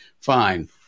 fine